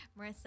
Marissa